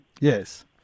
Yes